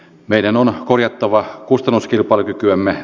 meidän on kuljettava kustannuskilpailukykyämme